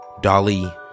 Dolly